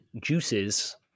juices